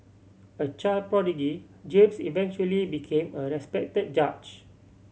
a child prodigy James eventually became a respected judge